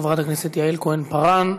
חברת הכנסת יעל כהן-פארן,